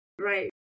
Right